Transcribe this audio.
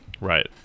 Right